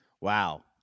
Wow